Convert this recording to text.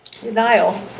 Denial